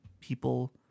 people